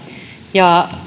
ja